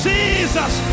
Jesus